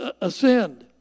ascend